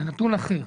זה נתון אחר,